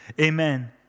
Amen